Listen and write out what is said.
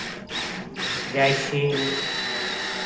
जाइ छी